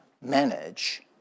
manage